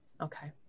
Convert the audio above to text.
okay